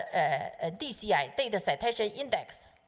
ah ah dci, data citation index,